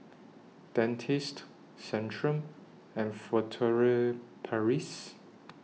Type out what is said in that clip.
Dentiste Centrum and Furtere Paris